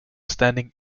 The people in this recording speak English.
standing